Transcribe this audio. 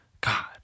God